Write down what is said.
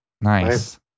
Nice